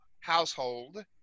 household